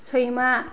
सैमा